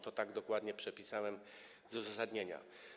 To dokładnie przepisałem z uzasadnienia.